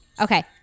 Okay